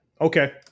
Okay